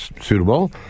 suitable